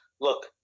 look